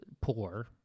poor